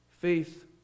Faith